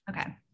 okay